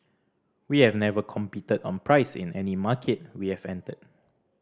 we have never competed on price in any market we have entered